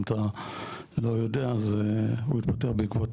אם אתה לא יודע אז הוא התפטר בעקבות